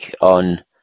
on